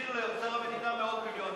החזיר לאוצר המדינה מאות מיליונים.